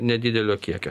nedidelio kiekio